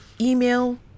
Email